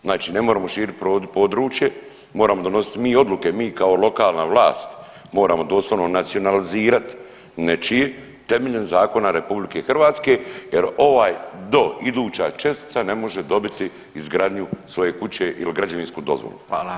Znači ne moramo širiti područje, moramo donositi mi odluke, mi kao lokalna vlast moramo doslovno nacionalizirati nečije temeljem zakona Republike Hrvatske, jer ovaj do iduća čestica ne može dobiti izgradnju svoje kuće ili građevinsku dozvolu.